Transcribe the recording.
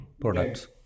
products